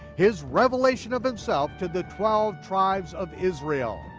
his revelation of himself, to the twelve tribes of israel.